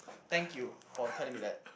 thank you for telling me that